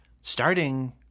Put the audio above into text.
Starting